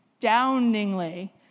astoundingly